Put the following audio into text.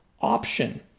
option